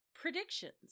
predictions